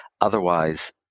Otherwise